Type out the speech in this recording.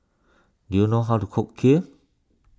do you know how to cook Kheer